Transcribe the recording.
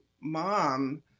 mom